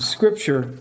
Scripture